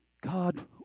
God